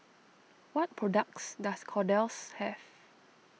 what products does Kordel's have